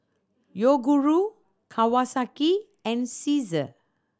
Yoguru Kawasaki and Cesar